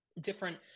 different